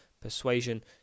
persuasion